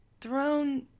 throne